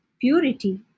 purity